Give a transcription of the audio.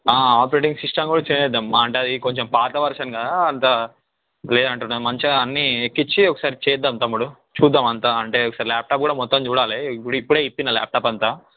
operating system కూడా change చేద్దాం మా అంటే అది పాత వర్షన్ కదా అంతా లేదంటున్నా మంచిగా అన్నీ ఎక్కించి ఒకసారి చేద్దాం తమ్ముడు చూద్దాం అంతా అంటే ఒకసారి ల్యాప్టాప్ కూడా మొత్తం చూడాలి ఇప్పుడు ఇప్పుడే ఇప్పిన ల్యాప్టాప్ అంతా